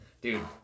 Dude